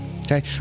Okay